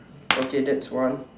okay that's one